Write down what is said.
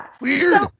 Weird